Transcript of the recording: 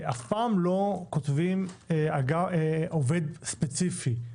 אף פעם לא כותבים עובד ספציפי,